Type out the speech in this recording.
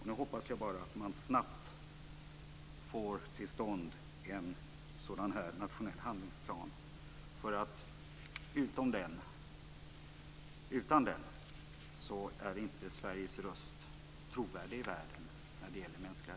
Jag hoppas att man snabbt får till stånd en sådan nationell handlingsplan. Utan den är Sveriges röst om mänskliga rättigheter inte trovärdig i världen.